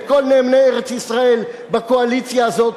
את כל נאמני ארץ-ישראל בקואליציה הזאת,